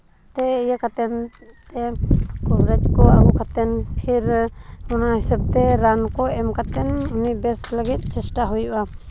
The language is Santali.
ᱛᱮ ᱤᱭᱟᱹ ᱠᱟᱛᱮ ᱠᱚᱵᱤᱨᱟᱡᱽ ᱠᱚ ᱟᱹᱜᱩ ᱠᱟᱛᱮ ᱯᱷᱤᱨ ᱚᱱᱟ ᱦᱤᱥᱟᱹᱵ ᱛᱮ ᱨᱟᱱ ᱠᱚ ᱮᱢ ᱠᱟᱛᱮ ᱩᱱᱤ ᱵᱮᱥ ᱞᱟᱹᱜᱤᱫ ᱪᱮᱥᱴᱟ ᱦᱩᱭᱩᱜᱼᱟ